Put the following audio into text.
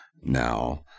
now